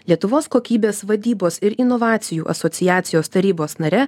lietuvos kokybės vadybos ir inovacijų asociacijos tarybos nare